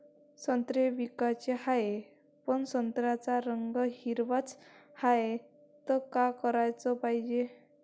संत्रे विकाचे हाये, पन संत्र्याचा रंग हिरवाच हाये, त का कराच पायजे?